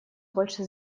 больше